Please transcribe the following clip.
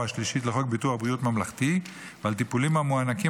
השלישית לחוק ביטוח בריאות ממלכתי ועל טיפולים המוענקים